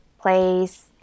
place